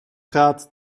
gaat